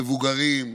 מבוגרים,